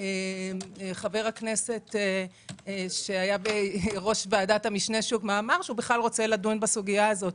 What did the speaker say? חבר הכנסת ולדימיר בליאק אמר שהוא רוצה לדון בסוגיה הזאת.